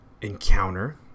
encounter